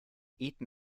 eaten